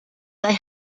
they